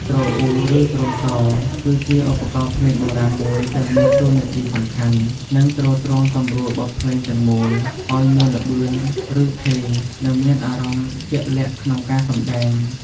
ទ្រអ៊ូ ឬ ទ្រសោ គឺជាឧបករណ៍ភ្លេងបុរាណមួយដែលមានតួនាទីសំខាន់ និងទ្រទ្រង់សម្រួលបទភ្លេងទាំងមូល ឲ្យមានល្បឿន ឬឋេរ និងអារម្មណ៍ជាក់លាក់ក្នុងការសម្តែង។